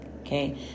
Okay